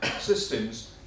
systems